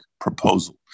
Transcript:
proposal